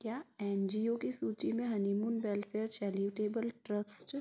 क्या N G O की सूची में हनीमून वेलफे़यर चैरिटेबल ट्रस्ट